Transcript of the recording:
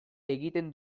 egiten